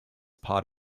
part